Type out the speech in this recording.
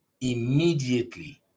immediately